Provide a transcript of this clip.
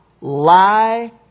lie